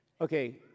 Okay